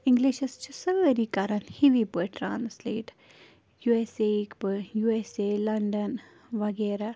اِنگلِشس چھِ سٲری کَرن ہیوِے پٲٹھۍ ٹرانسلیٹ یو ایس اے یِک پٲٹھۍ یو ایس اے لنڈن وغیرہ